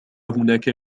هناك